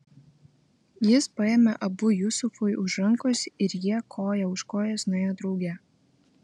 jis paėmė abu jusufui už rankos ir jie koja už kojos nuėjo drauge